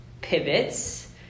pivots